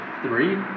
three